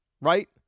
right